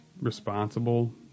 responsible